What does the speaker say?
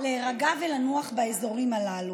להירגע ולנוח באזורים הללו,